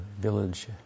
village